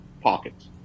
pockets